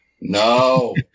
No